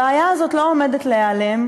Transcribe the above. הבעיה הזאת לא עומדת להיעלם,